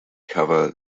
cover